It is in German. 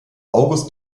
august